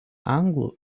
anglų